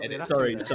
sorry